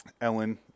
Ellen